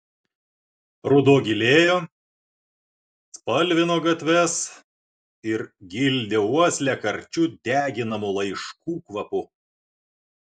ruduo gilėjo spalvino gatves ir gildė uoslę karčiu deginamų laiškų kvapu